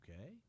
Okay